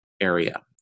area